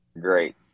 great